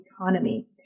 economy